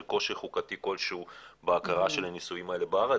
קושי חוקתי כלשהו בהכרה של הנישואים האלה בארץ